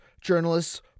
journalists